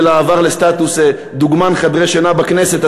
אלא עבר לסטטוס דוגמן חדרי שינה בכנסת.